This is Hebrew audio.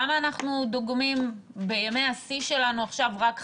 למה אנחנו דוגמים בימי השיא שלנו עכשיו רק 50,000?